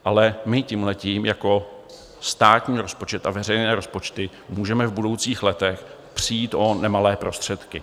Ale my tímhle jako státní rozpočet a veřejné rozpočty můžeme v budoucích letech přijít o nemalé prostředky.